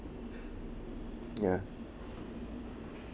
ya